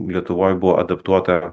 lietuvoj buvo adaptuota